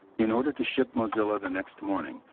in order to ship mozilla the next morning,